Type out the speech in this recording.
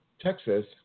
Texas